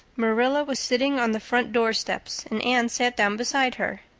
marilla was sitting on the front door-steps and anne sat down beside her.